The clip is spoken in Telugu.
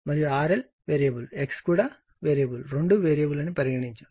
మరియు RL వేరియబుల్ X కూడా వేరియబుల్ రెండూ వేరియబుల్ అని పరిగణించాము